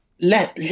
let